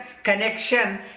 connection